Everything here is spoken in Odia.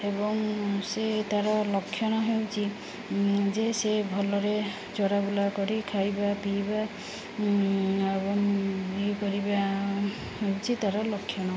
ଏବଂ ସେ ତାର ଲକ୍ଷଣ ହେଉଛି ଯେ ସେ ଭଲରେ ଚରା ବୁଲା କରି ଖାଇବା ପିଇବା ଏବଂ ଇଏ କରିବା ହେଉଛି ତାର ଲକ୍ଷଣ